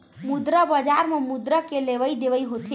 मुद्रा बजार म मुद्रा के लेवइ देवइ होथे